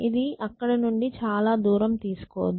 ఇది అక్కడి నుండి చాలా దూరం తీసుకోదు